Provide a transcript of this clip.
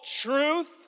truth